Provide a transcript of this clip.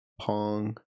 pong